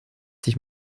sich